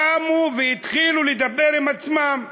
קמו והתחילו לדבר עם עצמם.